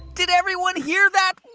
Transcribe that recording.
did everyone hear that?